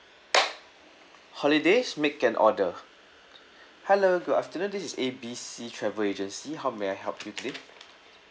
holidays make an order hello good afternoon this is A B C travel agency how may I help you today